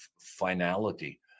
finality